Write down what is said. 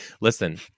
Listen